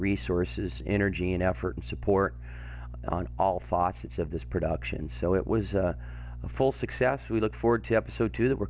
resources in or gene effort and support on all faucets of this production so it was a full success we look forward to episode two that we're